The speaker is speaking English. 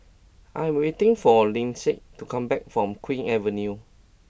I am waiting for Lyndsay to come back from Queen's Avenue